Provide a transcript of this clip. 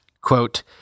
Quote